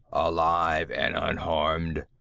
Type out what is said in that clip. alive and unharmed,